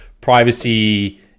privacy